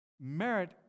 merit